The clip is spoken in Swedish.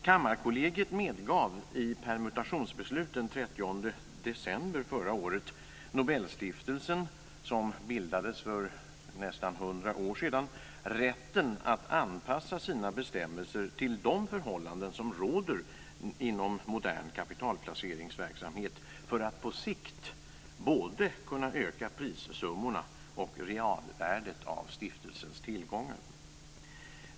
Kammarkollegiet medgav i permutationsbeslut den 30 december 1999 Nobelstiftelsen, som bildades för ca 100 år sedan, rätten att anpassa sina bestämmelser till de förhållanden som råder inom modern kapitalplaceringsverksamhet för att på sikt både kunna öka prissummorna och realvärdet av stiftelsens tillgångar.